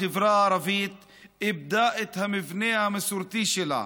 החברה הערבית איבדה את המבנה המסורתי שלה